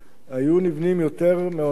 היו נבנים יותר מעונות-יום.